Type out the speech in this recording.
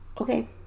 Okay